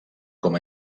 com